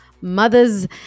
mothers